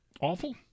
awful